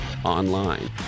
Online